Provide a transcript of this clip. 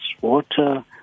Water